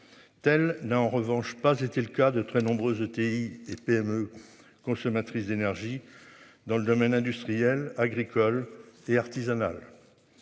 Tels n'a en revanche pas été le cas de très nombreuses ETI et PME. Consommatrice d'énergie dans le domaine industriel agricole et artisanale.